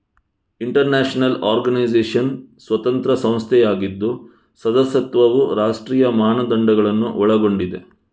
inter national organisation ಸ್ವತಂತ್ರ ಸಂಸ್ಥೆಯಾಗಿದ್ದು ಸದಸ್ಯತ್ವವು ರಾಷ್ಟ್ರೀಯ ಮಾನದಂಡಗಳನ್ನು ಒಳಗೊಂಡಿದೆ